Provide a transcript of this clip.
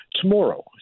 tomorrow